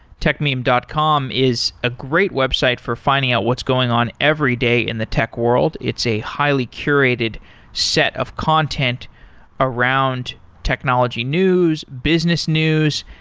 techmeme dot com is a great website for finding out what's going on every day in the tech world. it's a highly curated set of content around technology news, business news,